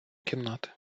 кімнати